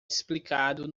explicado